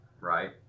right